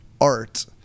art